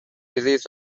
زیست